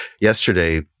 Yesterday